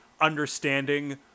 understanding